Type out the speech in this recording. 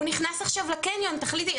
אם הוא נכנס לקניון, שהיא תחליט.